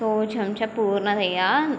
सोछं च पूर्णतया